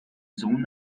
sohn